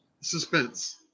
suspense